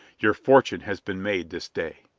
your fortune has been made this day.